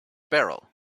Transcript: barrel